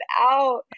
out